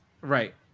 Right